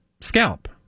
scalp